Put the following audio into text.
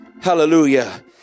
hallelujah